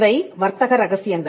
இவை வர்த்தக ரகசியங்கள்